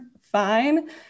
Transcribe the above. fine